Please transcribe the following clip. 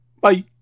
Bye